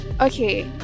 okay